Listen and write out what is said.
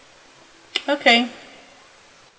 okay